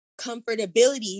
comfortability